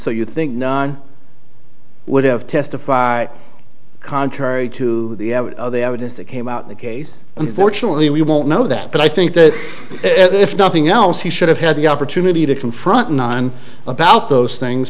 so you think would have testified contrary to the evidence that came out the case unfortunately we won't know that but i think that if nothing else he should have had the opportunity to confront and on about those things